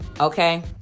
okay